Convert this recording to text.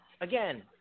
Again